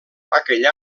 aquell